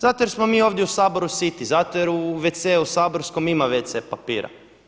Zato jer smo mi ovdje u Saboru siti, zato jer u wc-u saborskom ima wc papira.